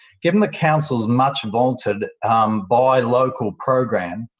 given the council's much vaunted buy local program,